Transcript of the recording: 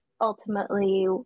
ultimately